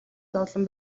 зовлон